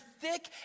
thick